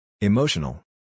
Emotional